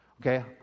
okay